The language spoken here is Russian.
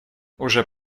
уже